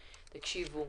תקשיבו,